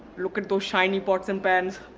look at those shiny pots and pans.